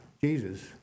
Jesus